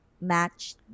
match